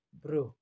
bro